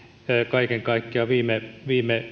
kaiken kaikkiaan viime viime